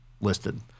listed